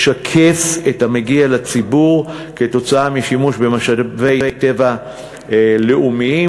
ישקף את המגיע לציבור כתוצאה משימוש במשאבי טבע לאומיים.